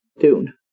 Dune